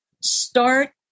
start